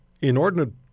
inordinate